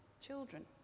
children